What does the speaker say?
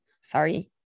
sorry